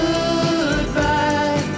Goodbye